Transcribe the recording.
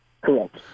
Correct